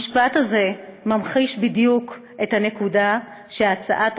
המשפט הזה ממחיש בדיוק את הנקודה שהצעת